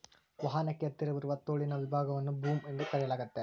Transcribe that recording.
ವಾಹನಕ್ಕೆ ಹತ್ತಿರವಿರುವ ತೋಳಿನ ವಿಭಾಗವನ್ನು ಬೂಮ್ ಎಂದು ಕರೆಯಲಾಗ್ತತೆ